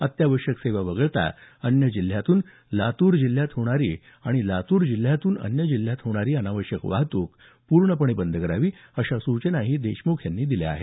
अत्यावश्यक सेवा वगळता अन्य जिल्ह्यातून लातूर जिल्ह्यात होणारी आणि लातूर जिल्ह्यातून अन्य जिल्ह्यात होणारी अनावश्यक वाहतूक पूर्णपणे बंद करावी अशा सूचनाही देशम्ख देशमुख यांनी केली आहे